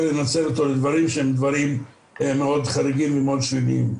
לנצל אותו לדברים שהם מאוד חריגים ומאוד שליליים.